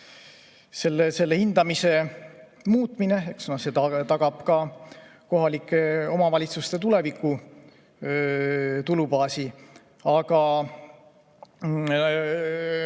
selle hindamise muutmine tagab ka kohalike omavalitsuste tuleviku tulubaasi. Ma